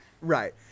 Right